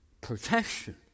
protection